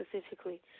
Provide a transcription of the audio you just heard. specifically